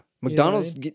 McDonald's